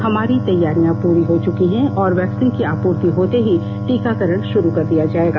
हमारी तैयारियां पूरी हो चुकी हैं और वैक्सीन की आपूर्ति होते ही टीकाकरण भारू कर दिया जायेगा